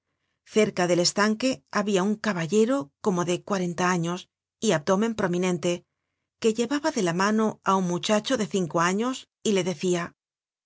cerca del estanque habia un caballero como de cuarenta años y abdomen prominente que llevaba de la mano á un muchacho de cinco años y le decia